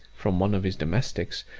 from one of his domestics,